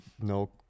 no